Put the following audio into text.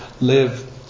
live